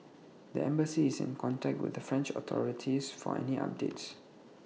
the embassy is in contact with the French authorities for any updates